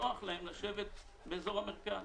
נוח להם לשבת באזור המרכז.